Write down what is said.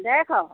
দেৰশ